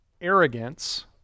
arrogance